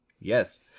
Yes